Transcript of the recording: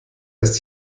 ist